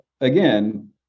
again